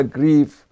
grief